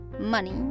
money